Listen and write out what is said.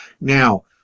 Now